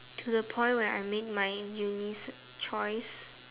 to the point where I make my uni choice